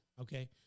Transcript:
Okay